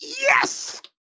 Yes